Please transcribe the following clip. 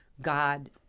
god